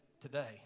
today